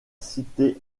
cité